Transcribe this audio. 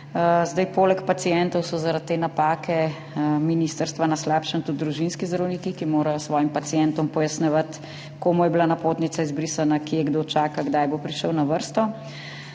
Poleg pacientov so zaradi te napake ministrstva na slabšem tudi družinski zdravniki, ki morajo svojim pacientom pojasnjevati, komu je bila napotnica izbrisana, kje kdo čaka, kdaj bo prišel na vrsto.